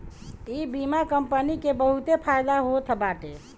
इ बीमा कंपनी के बहुते फायदा होत बाटे